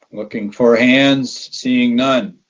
looking for hands, seeing none,